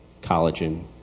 collagen